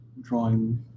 drawing